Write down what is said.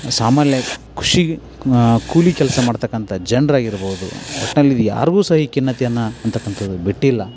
ಸಾಮಾನ್ಯ ಕೃಷಿ ಕೂಲಿ ಕೆಲಸ ಮಾಡ್ತಕ್ಕಂತ ಜನರಾಗಿರ್ಬೋದು ಒಟ್ಟಿನಲ್ಲಿ ಯಾರಿಗೂ ಸಹ ಈ ಖಿನ್ನತೆಯನ್ನು ಅಂತಕ್ಕಂತದ್ದು ಬಿಟ್ಟಿಲ್ಲ